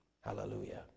Hallelujah